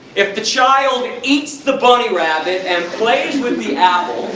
if the child and eats the bunny rabbit and plays with the apple,